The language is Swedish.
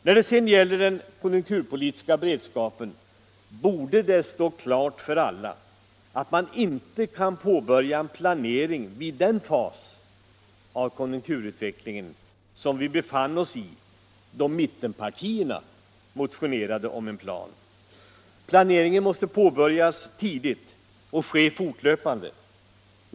När det sedan gäller den konjunkturpolitiska beredskapen borde det stå klart för alla att man inte kan påbörja en planering vid den fas av konjunkturutvecklingen som vi befann oss i då mittenpartierna motionerade om en plan. Planeringen måste påbörjas tidigt och ske fortlöpande.